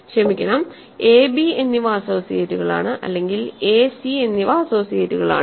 ക്ഷമിക്കണം a b എന്നിവ അസോസിയേറ്റുകളാണ് അല്ലെങ്കിൽ a c എന്നിവ അസോസിയേറ്റുകളാണ്